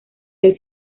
del